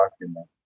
document